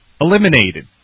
eliminated